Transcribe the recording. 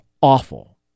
awful